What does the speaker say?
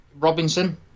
Robinson